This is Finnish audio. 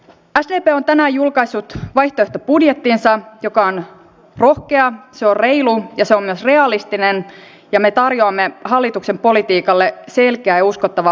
sdp on tänään julkaissut vaihtoehtobudjettinsa joka on rohkea reilu ja myös realistinen ja me tarjoamme hallituksen politiikalle selkeän ja uskottavan vaihtoehdon